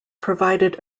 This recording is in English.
provided